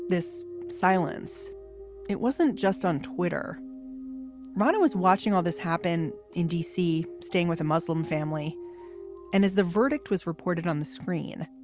this silence it wasn't just on twitter rodda was watching all this happen in d c, staying with a muslim family and as the verdict was reported on the screen,